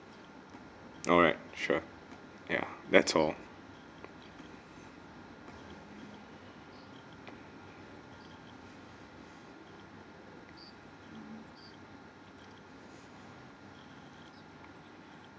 alright sure ya that's all